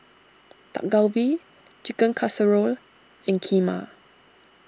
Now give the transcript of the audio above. Dak Galbi Chicken Casserole and Kheema